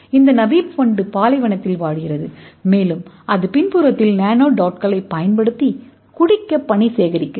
இந்த நமீப் வண்டு பாலைவனத்தில் வாழ்கிறது மேலும் அதன் பின்புறத்தில் நானோடோட்களைப் பயன்படுத்தி குடிக்க பனியை சேகரிக்கிறது